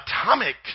atomic